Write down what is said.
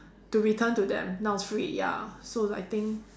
to return to them now is free ya so I think